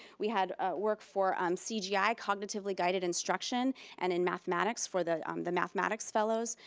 we had ah work for um cgi, ah cognitively guided instruction and in mathematics for the um the mathematics fellows.